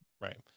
right